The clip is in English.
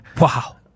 Wow